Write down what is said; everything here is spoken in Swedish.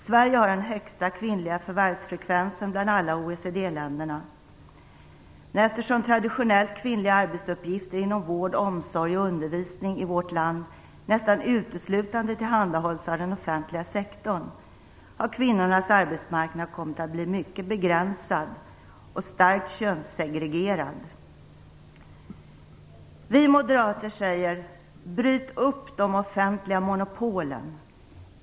Sverige har den högsta kvinnliga förvärvsfrekvensen bland alla OECD-länderna. men eftersom traditionellt kvinnliga arbetsuppgifter inom vård, omsorg och undervisning i vårt land nästan uteslutande tillhandahålls av den offentliga sektorn har kvinnornas arbetsmarknad kommit att bli mycket begränsad och starkt könssegregerad. Vi moderater säger: Bryt upp de offentliga monopolen!